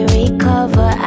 recover